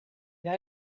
that